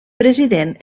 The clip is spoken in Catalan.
president